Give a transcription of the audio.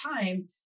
time